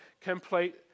complete